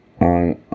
on